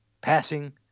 passing